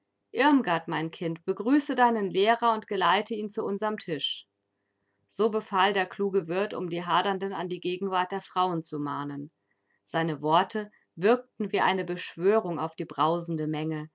irmgard mein kind begrüße deinen lehrer und geleite ihn zu unserem tisch so befahl der kluge wirt um die hadernden an die gegenwart der frauen zu mahnen seine worte wirkten wie eine beschwörung auf die brausende menge